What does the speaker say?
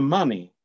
money